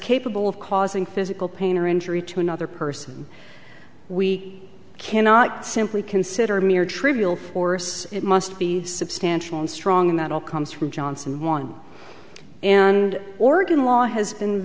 capable of causing physical pain or injury to another person we cannot simply consider mere trivial force it must be substantial and strong and that all comes from johnson one and organ law has been